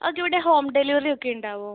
okay ഇവിടെ home ഡെലിവറിയൊക്കെ ഉണ്ടാവോ